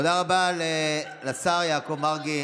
תודה רבה לשר יעקב מרגי.